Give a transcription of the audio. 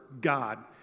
God